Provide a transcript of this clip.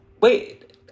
wait